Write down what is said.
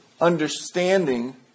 understanding